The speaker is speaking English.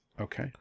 Okay